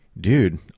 dude